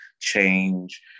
change